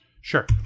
Sure